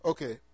Okay